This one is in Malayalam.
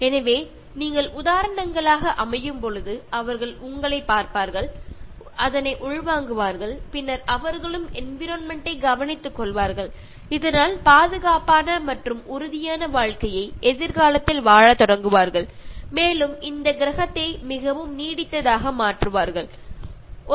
അതായത് നിങ്ങൾ ഉദാഹരണങ്ങൾ ഉണ്ടാക്കുമ്പോൾ കുട്ടികൾ അത് കാണുകയും മനസ്സിലാക്കുകയും ചെയ്യുകയും പതിയെ അവരും പ്രകൃതിയെ സംരക്ഷിക്കാൻ തുടങ്ങുകയും വളരെ സുരക്ഷിതമായ ഒരു ജീവിതവും വളരെ സുരക്ഷിതമായ ഒരു ഭാവിയും അവർക്ക് ഉണ്ടാവുകയും നമ്മുടെ ഭൂമി ദീർഘകാലം വളരെ നന്നായി നില നിൽക്കുകയും ചെയ്യുന്നു